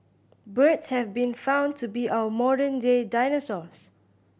birds have been found to be our modern day dinosaurs